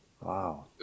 Wow